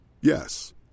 Yes